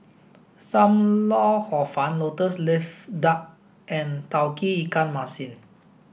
Sam Lau Hor fun lotus leaf duck and Tauge Ikan Masin